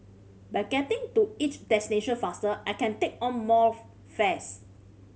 by getting to each destination faster I can take on more fares